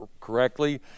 correctly